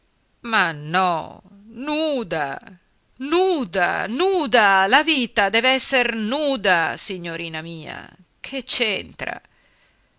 ma no nuda nuda nuda la vita dev'esser nuda signorina mia che